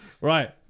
right